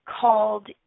called